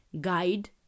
guide